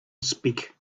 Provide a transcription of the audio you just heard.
speak